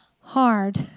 hard